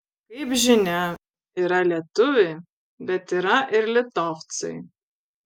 kaip žinia yra lietuviai bet yra ir litovcai